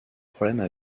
problèmes